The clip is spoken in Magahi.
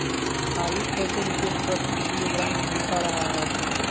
आलू कैसे रुपए प्रति किलोग्राम मिलता रहा है?